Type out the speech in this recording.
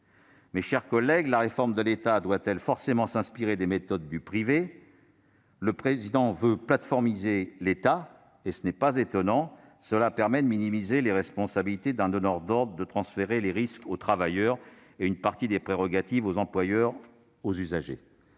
Mes chers collègues, la réforme de l'État doit-elle forcément s'inspirer des méthodes du privé ? Le président veut « plateformiser » l'État, ce qui n'est pas étonnant : cela permet de minimiser les responsabilités d'un donneur d'ordre, de transférer les risques aux travailleurs et une partie des prérogatives des employeurs aux usagers.